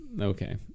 Okay